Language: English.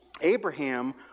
Abraham